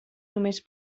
només